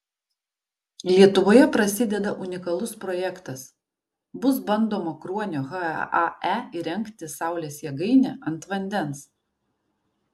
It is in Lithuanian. lietuvoje prasideda unikalus projektas bus bandoma kruonio hae įrengti saulės jėgainę ant vandens